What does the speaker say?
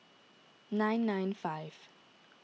nine nine five